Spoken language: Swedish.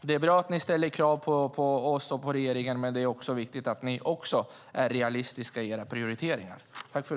Det är bra att ni ställer krav på oss och regeringen. Men det är viktigt att ni är realistiska i era prioriteringar.